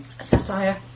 satire